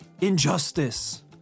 Injustice